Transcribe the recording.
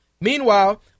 Meanwhile